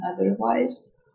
otherwise